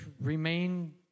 remain